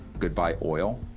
goodbye oil,